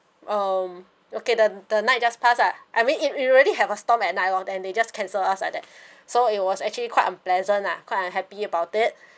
um okay the the night just passed ah I mean it it already have a storm oh then they just cancelled us like that so it was actually quite unpleasant lah quite unhappy about it and